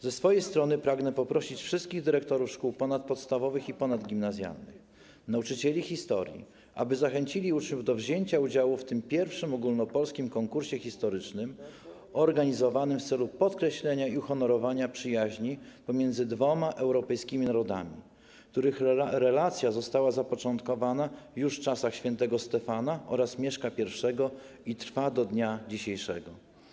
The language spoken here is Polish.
Ze swojej strony pragnę poprosić wszystkich dyrektorów szkół ponadpodstawowych i ponadgimnazjalnych, nauczycieli historii, aby zachęcili uczniów do wzięcia udziału w tym pierwszym ogólnopolskim konkursie historycznym organizowanym w celu podkreślenia i uhonorowania przyjaźni pomiędzy dwoma europejskimi narodami, których relacja została zapoczątkowana już w czasach św. Stefana oraz Mieszka I i trwa do dnia dzisiejszego.